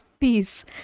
Peace